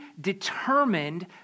determined